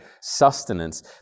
sustenance